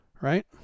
right